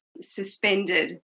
suspended